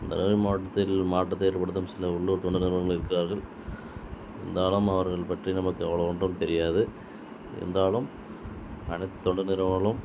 தருமபுரி மாவட்டத்தில் மாற்றத்தை ஏற்படுத்தும் சில உள்ளூர் தொண்டு நிறுவனங்கள் இருக்கிறார்கள் இருந்தாலும் அவர்கள் பற்றி நமக்கு அவ்வளோ ஒன்றும் தெரியாது இருந்தாலும் அனைத்து தொண்டு நிறுவனங்களும்